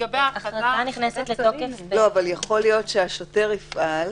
אבל יכול להיות שהשוטר יפעל,